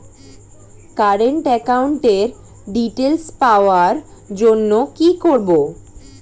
Current একাউন্টের details পাওয়ার জন্য কি করব?